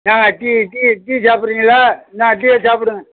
இந்தாங்க tea tea tea சாப்பிடுறீங்களா இந்தாங்க டீயை சாப்பிடுங்க